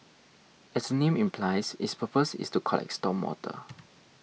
as name implies its purpose is to collect storm water